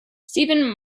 stephen